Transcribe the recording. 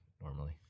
normally